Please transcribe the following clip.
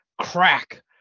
crack